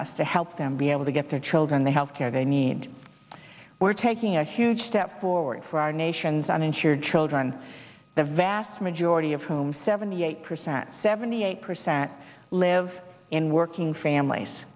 us to help them be able to get their children the health care they need we're taking a huge step forward for our nation's uninsured children the vast majority of whom seventy eight percent seventy eight percent live in working families